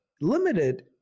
limited